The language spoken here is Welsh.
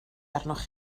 arnoch